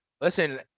Listen